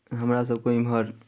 हमरासभके एम्हर